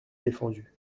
défendu